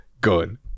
Good